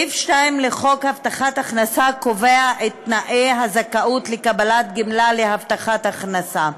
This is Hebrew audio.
סעיף 2 לחוק הבטחת הכנסה קובע את תנאי הזכאות לקבלת גמלה להבטחת הכנסה.